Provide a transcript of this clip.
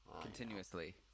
Continuously